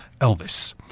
Elvis